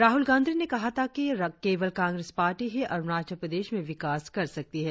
राहुल गांधी ने कहा था कि केवल कांग्रेस पार्टी ही अरुणाचल प्रदेश में विकास कर सकती है